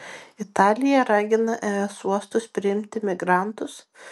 italija ragina es uostus priimti migrantus